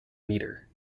metre